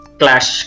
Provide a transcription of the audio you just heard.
clash